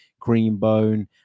Greenbone